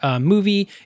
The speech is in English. movie